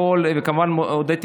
כמובן הודיתי,